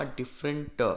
different